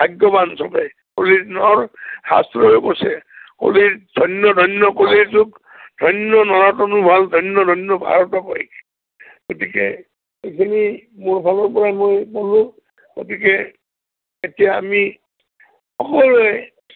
ভাগ্যৱান চবেই কলি শাস্ত্ৰয়ো কৈছে কলিত ধন্য ধন্য কলিৰ যুগ ধন্য নৰাতনো ভাল ধন্য ধন্য ভাৰত গতিকে এইখিনি মোৰফালৰপৰা মই কলোঁ গতিকে এতিয়া আমি সকলোৱে